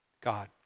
God